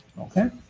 okay